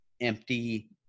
empty